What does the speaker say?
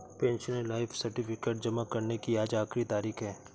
pensioner life certificate जमा करने की आज आखिरी तारीख है